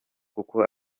kuko